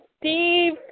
Steve